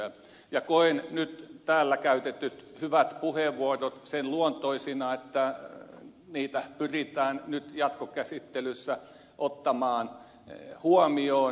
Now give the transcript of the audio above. ja koen nyt täällä käytetyt hyvät puheenvuorot sen luontoisina että niitä pyritään nyt jatkokäsittelyssä ottamaan huomioon